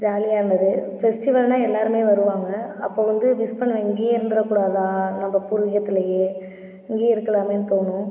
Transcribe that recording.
ஜாலியாக இருந்தது ஃபெஸ்டிவல்னா எல்லோருமே வருவாங்க அப்போ வந்து மிஸ் பண்ணுவேன் இங்கேயே இருந்துறக்கூடாதா நம்ம பூர்விகத்திலேயே இங்கேயே இருக்கலாமேன்னு தோணும்